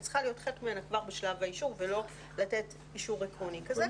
היא צריכה להיות חלק ממנה כבר בשלב האישור ולא לתת אישור עקרוני כזה.